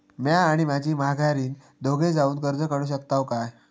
म्या आणि माझी माघारीन दोघे जावून कर्ज काढू शकताव काय?